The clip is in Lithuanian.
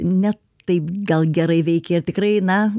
ne taip gal gerai veikia ir tikrai na